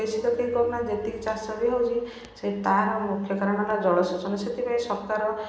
ବେଶୀ ତ କେହି କରୁନାହାଁନ୍ତି ଯେତିକି ଚାଷ ବି ହେଉଛି ସେଇ ତା'ର ମୁଖ୍ୟ କାରଣଟା ଜଳସେଚନ ସେଥିପାଇଁ ସରକାର